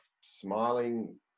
smiling